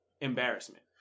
embarrassment